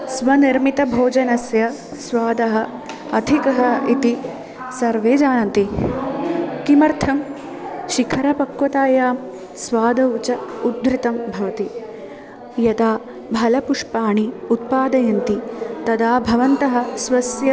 स्वनिर्मितभोजनस्य स्वादः अधिकः इति सर्वे जानन्ति किमर्थं शिखरपक्वतायां स्वादौ च उद्धृतं भवति यदा फलपुष्पाणि उत्पादयन्ति तदा भवन्तः स्वस्य